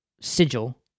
sigil